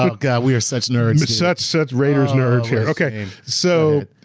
ah god, we are such nerds. such, such raiders nerds here. okay, so.